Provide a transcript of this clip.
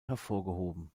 hervorgehoben